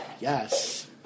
Yes